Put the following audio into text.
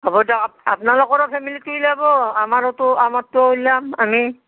হ'ব দিয়ক আ আপনালোকৰো ফেমিলিটো যাব আমাৰটো আমাৰটো উল্যাম আমি